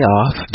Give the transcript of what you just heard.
off